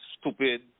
stupid